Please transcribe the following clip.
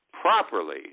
properly